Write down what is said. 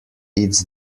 its